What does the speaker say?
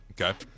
Okay